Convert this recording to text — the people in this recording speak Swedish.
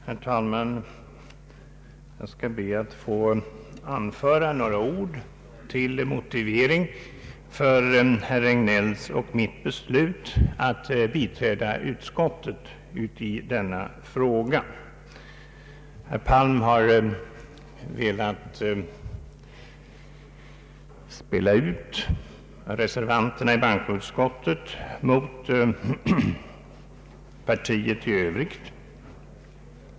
Herr talman! Jag skall be att få anföra några ord till motivering för herr Regnélls och mitt beslut att biträda utskottet i denna fråga. Herr Palm har velat spela ut reservanterna i bankoutskottet mot partiet i övrigt.